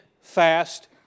fast